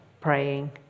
praying